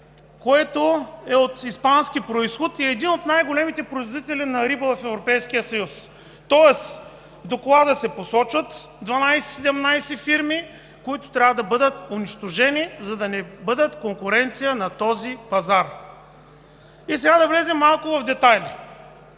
което е от испански произходи и е един от най-големите производители на риба в Европейския съюз. Тоест в доклада се посочват 12 – 17 фирми, които трябва да бъдат унищожени, за да не бъдат конкуренция на този пазар. И сега да влезем малко в детайли.